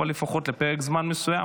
אבל לפחות לפרק זמן מסוים,